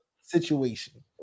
situation